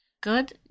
Good